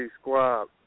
squad